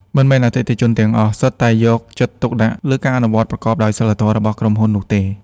មិនមែនអតិថិជនទាំងអស់សុទ្ធតែយកចិត្តទុកដាក់លើការអនុវត្តប្រកបដោយសីលធម៌របស់ក្រុមហ៊ុននោះទេ។